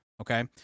Okay